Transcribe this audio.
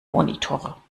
monitor